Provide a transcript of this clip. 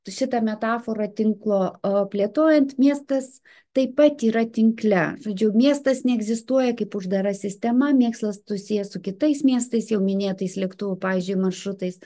šitą metaforą tinklo a plėtojant miestas taip pat yra tinkle tačiau miestas neegzistuoja kaip uždara sistema miestas susijęs su kitais miestais jau minėtais lėktuvų pavyzdžiui maršrutais